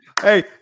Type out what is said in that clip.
hey